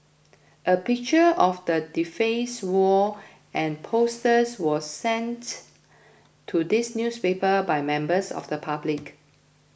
a picture of the defaced wall and the posters was sent to this newspaper by members of the public